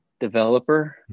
developer